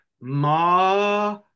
ma